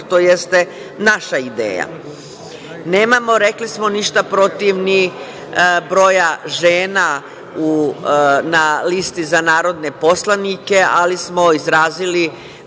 to jeste naša ideja. Nemamo, rekli smo, ništa protiv ni broja žena na listi za narodne poslanike, ali smo izrazili